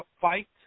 fight